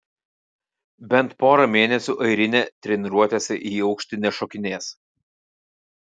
bent pora mėnesių airinė treniruotėse į aukštį nešokinės